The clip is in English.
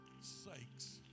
sakes